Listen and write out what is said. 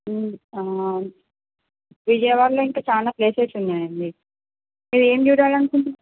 విజయవాడలో ఇంకా చాలా ప్లేసెస్ ఉన్నాయి అండి మీరు ఏమి చూడాలి అనుకుంటున్నాను